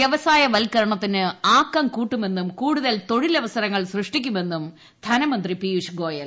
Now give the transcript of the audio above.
വൃവസായ വൽക്കരണത്തിന് ആക്കം കൂട്ടുമെന്നും കൂടുതൽ തൊഴിലവസരങ്ങൾ സൃഷ്ടിക്കുമെന്നും ധനമന്ത്രി പീയുഷ് ഗോയൽ